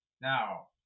Now